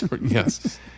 yes